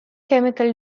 chemical